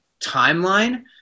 timeline